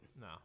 No